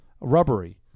rubbery